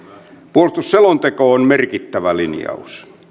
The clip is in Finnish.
puolustusselonteko on merkittävä linjaus